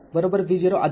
तर आता आपण सर्किटवर येऊ